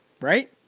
right